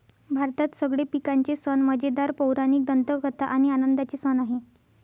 भारतात सगळे पिकांचे सण मजेदार, पौराणिक दंतकथा आणि आनंदाचे सण आहे